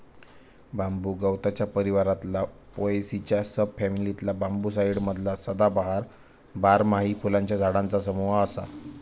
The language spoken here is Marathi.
बांबू गवताच्या परिवारातला पोएसीच्या सब फॅमिलीतला बांबूसाईडी मधला सदाबहार, बारमाही फुलांच्या झाडांचा समूह असा